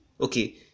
Okay